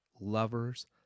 lovers